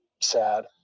sad